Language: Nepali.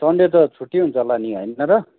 सन्डे त छुट्टी हुन्छ होला नि होइन र